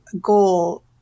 goal